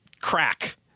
crack